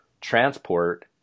transport